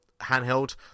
handheld